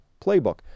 playbook